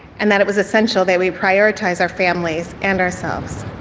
and that it was essential that we prioritize our families and ourselves.